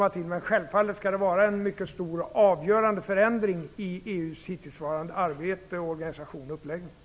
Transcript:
Men det skall självfallet handla om en mycket stor och avgörande förändring i EU:s hittillsvarande arbete, organisation och uppläggning.